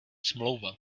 smlouva